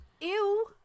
ew